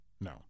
no